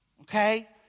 Okay